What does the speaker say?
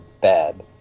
bad